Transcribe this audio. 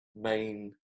main